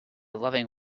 loving